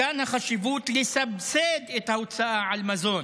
מכאן החשיבות לסבסד את ההוצאה על מזון